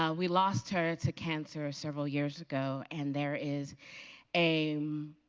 um we lost her to cancer several years ago, and there is a